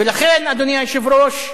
ולכן, אדוני היושב-ראש,